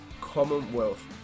Commonwealth